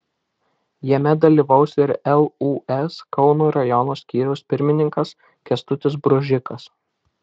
jame dalyvaus ir lūs kauno rajono skyriaus pirmininkas kęstutis bružikas